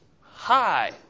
Hi